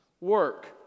work